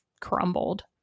crumbled